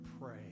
pray